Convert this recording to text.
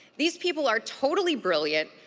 these people are totally brilliant,